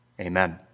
amen